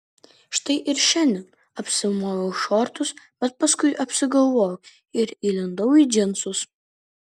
štai ir šiandien apsimoviau šortus bet paskui apsigalvojau ir įlindau į džinsus